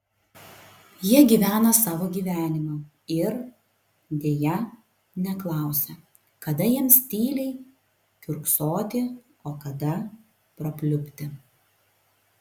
jie gyvena savo gyvenimą ir deja neklausia kada jiems tyliai kiurksoti o kada prapliupti